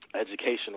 educational